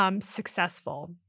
Successful